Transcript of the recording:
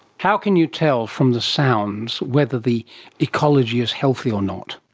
how can you tell from the sounds whether the ecology is healthy or not?